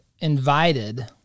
invited